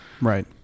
Right